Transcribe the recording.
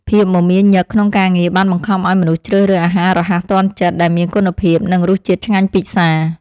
ភាពមមាញឹកក្នុងការងារបានបង្ខំឱ្យមនុស្សជ្រើសរើសអាហាររហ័សទាន់ចិត្តដែលមានគុណភាព និងរសជាតិឆ្ងាញ់ពិសារ។